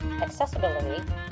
accessibility